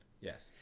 yes